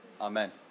Amen